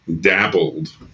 dabbled